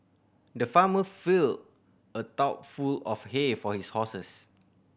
the farmer filled a trough full of hay for his horses